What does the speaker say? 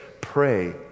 pray